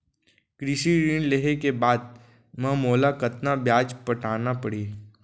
कृषि ऋण लेहे के बाद म मोला कतना ब्याज पटाना पड़ही?